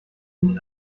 nicht